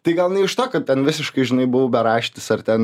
tai gal ne iš to kad ten visiškai žinai buvau beraštis ar ten